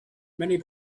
many